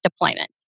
deployment